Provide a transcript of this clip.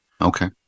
Okay